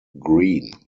green